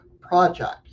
project